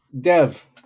Dev